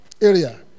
area